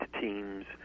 teams